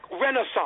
renaissance